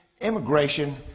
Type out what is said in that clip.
Immigration